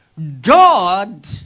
God